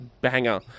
banger